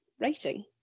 writing